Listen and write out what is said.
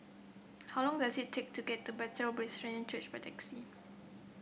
how long does it take to get to Bethel Presbyterian Church by taxi